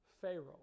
Pharaoh